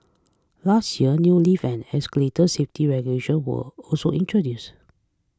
last year new lift and escalator safety regulations were also introduced